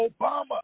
Obama